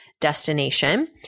Destination